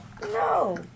No